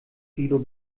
guido